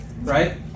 right